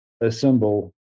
assemble